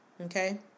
okay